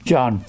John